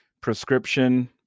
prescription